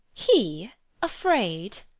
he afraid!